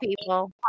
people